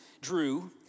Drew